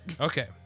okay